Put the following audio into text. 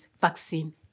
vaccine